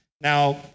Now